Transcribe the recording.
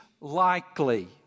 likely